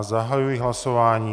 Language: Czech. Zahajuji hlasování.